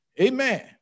Amen